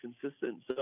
consistent